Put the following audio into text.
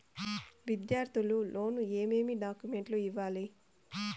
విద్యార్థులు లోను ఏమేమి డాక్యుమెంట్లు ఇవ్వాలి?